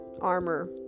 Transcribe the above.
armor